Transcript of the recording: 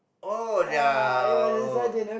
oh ya oh